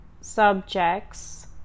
subjects